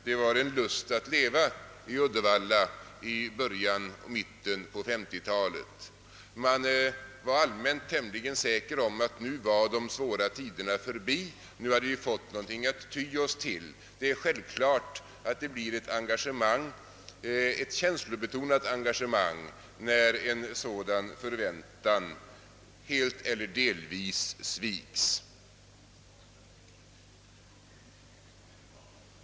Det var en lust att leva i Uddevalla i början och mitten på 1950 talet. Man var allmänt tämligen säker på att de svåra tiderna var förbi och att man fått någonting att ty sig till. Det är självklart att det blir ett känslobetonat engagemang, när en sådan förväntan helt eller delvis svikes.